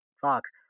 fox